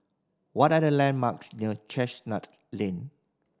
what are the landmarks near Chestnut Lane